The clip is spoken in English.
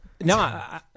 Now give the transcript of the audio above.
No